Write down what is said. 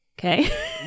Okay